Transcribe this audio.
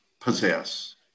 possess